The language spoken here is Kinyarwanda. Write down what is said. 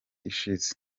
ishize